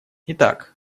итак